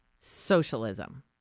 Socialism